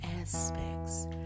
aspects